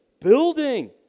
building